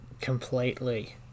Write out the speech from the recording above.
Completely